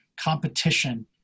competition